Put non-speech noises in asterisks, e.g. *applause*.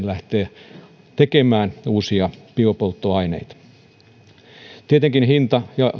*unintelligible* lähteä tekemään uusia biopolttoaineita tietenkin on aina hinta ja